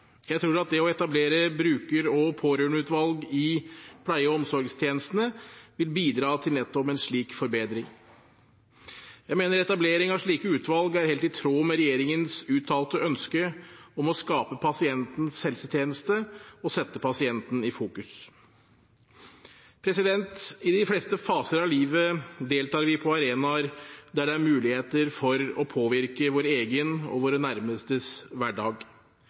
Jeg tror at det å etablere bruker- og pårørendeutvalg i pleie- og omsorgstjenestene vil bidra til nettopp en slik forbedring. Jeg mener etablering av slike utvalg er helt i tråd med regjeringens uttalte ønske om å skape pasientens helsetjeneste og sette pasienten i fokus. I de fleste faser av livet deltar vi på arenaer der det er muligheter for å påvirke vår egen og våre nærmestes hverdag.